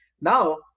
Now